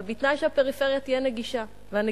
אבל בתנאי שהפריפריה תהיה נגישה,